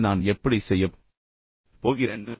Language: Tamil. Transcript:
இதை நான் எப்படிச் செய்யப் போகிறேன்